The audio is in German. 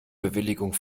bewilligung